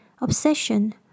obsession